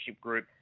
group